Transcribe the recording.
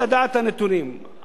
אף אחד לא מקשיב, אבל, מה יעזור.